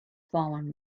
fallen